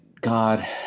God